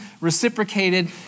reciprocated